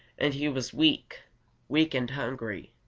and he was weak weak and hungry,